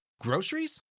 groceries